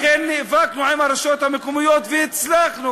לכן נאבקנו עם הרשויות המקומיות והצלחנו